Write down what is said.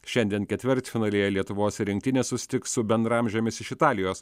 šiandien ketvirtfinalyje lietuvos rinktinė susitiks su bendraamžėmis iš italijos